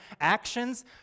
actions